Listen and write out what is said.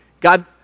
God